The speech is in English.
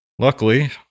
Luckily